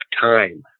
time